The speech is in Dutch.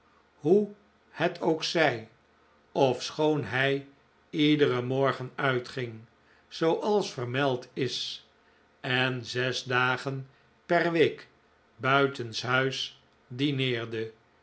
hoe het ook zij ofschoon hij iederen morgen uitging zooals vermeld is en zes dagen per week buitenshuis dineerde